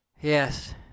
Yes